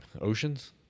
Oceans